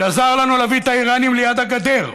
שעזר לנו להביא את האיראנים ליד הגדר.